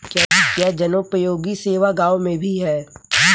क्या जनोपयोगी सेवा गाँव में भी है?